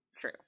true